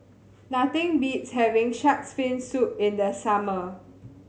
nothing beats having Shark's Fin Soup in the summer